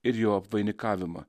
ir jo apvainikavimą